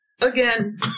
again